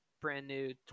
brand-new